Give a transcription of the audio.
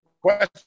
question